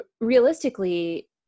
realistically